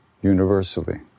universally